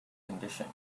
condition